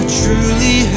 truly